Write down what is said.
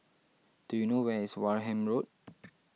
do you know where is Wareham Road